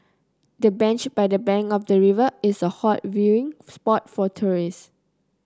the bench by the bank of the river is a hot viewing spot for tourist